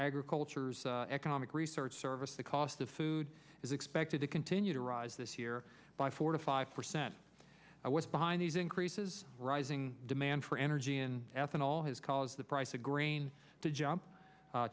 agriculture's economic research service the cost of food is expected to continue to rise this year by four to five percent and what's behind these increases rising demand for energy in ethanol has caused the price of grain to jump